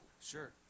Sure